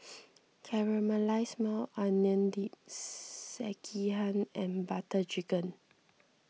Caramelized Maui Onion Dip Sekihan and Butter Chicken